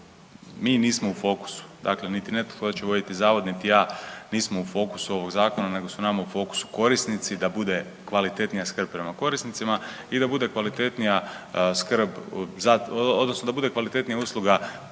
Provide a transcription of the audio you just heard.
mi nismo u fokusu. Dakle, niti netko tko će voditi zavod niti ja nismo u fokusu ovog zakona nego su nama u fokusu korisnici da bude kvalitetnija skrb prema korisnicima i da bude kvalitetnija skrb odnosno da